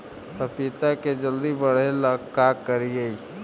पपिता के जल्दी बढ़े ल का करिअई?